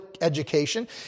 education